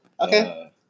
Okay